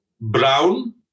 brown